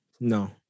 No